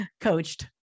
coached